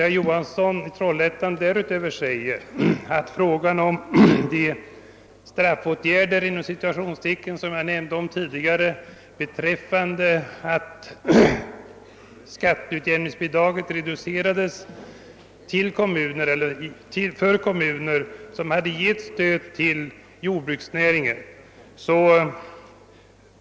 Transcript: Herr Johansson i Trollhättan nämnde därutöver de »straffåtgärder» som jag tidigare var inne på och som bestod i att skatteutjämningsbidraget reducerades för sådana kommuner som hade gett stöd till jordbruksnäringen.